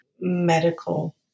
medical